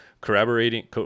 corroborating